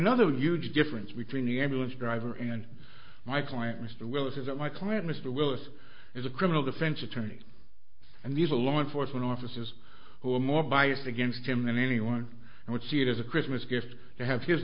another huge difference between the ambulance driver and my client mr willis is that my client mr willis is a criminal defense attorney and he's a law enforcement officers who are more biased against him than anyone and would see it as a christmas gift to have his